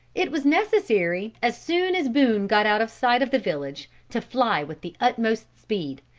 it was necessary, as soon as boone got out of sight of the village, to fly with the utmost speed,